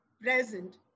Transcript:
present